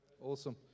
Awesome